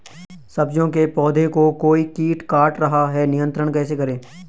सब्जियों के पौधें को कोई कीट काट रहा है नियंत्रण कैसे करें?